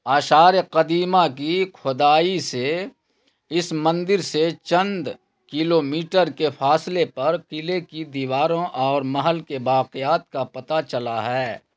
آسار قدیمہ کی کھدائی سے اس مندر سے چند کلو میٹر کے فاصلے پر قلعے کی دیواروں اور محل کے باقیات کا پتہ چلا ہے